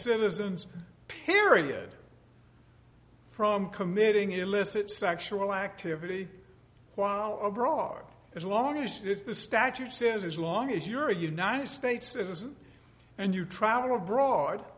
citizens period from committing illicit sexual activity while abroad as long as the statute says as long as you're a united states citizen and you travel abroad